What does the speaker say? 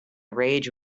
rage